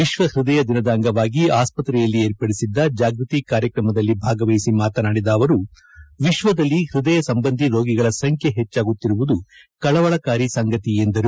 ವಿಶ್ವ ಹೃದಯ ದಿನದ ಅಂಗವಾಗಿ ಆಸ್ಪತ್ರೆಯಲ್ಲಿ ಏರ್ಪದಿಸಿದ್ದ ಜಾಗೃತಿ ಕಾರ್ಯಕ್ರಮದಲ್ಲಿ ಭಾಗವಹಿಸಿ ಮಾತನಾದಿದ ಅವರು ವಿಶ್ವದಲ್ಲಿ ಹೃದಯ ಸಂಬಂಧಿ ರೋಗಿಗಳ ಸಂಖ್ಯೆ ಹೆಚ್ಚಾಗುತ್ತಿರುವುದು ಕಳವಳಕಾರಿ ಸಂಗತಿ ಎಂದರು